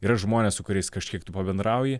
yra žmonės su kuriais kažkiek tu pabendrauji